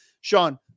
Sean